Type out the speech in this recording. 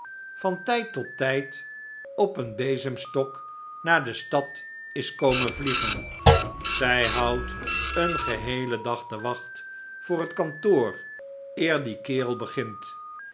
van tijd tot tijd op een bezemstok naar de stad is komen vliegen zij houdt een geheelen dag de wacht voor het kantoor eer die kerel begint